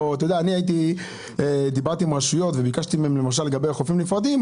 אני דיברתי עם רשויות וביקשתי מהן למשל לגבי פתיחת חופים נפרדים,